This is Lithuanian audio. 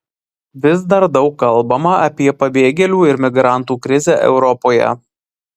vis dar daug kalbama apie pabėgėlių ir migrantų krizę europoje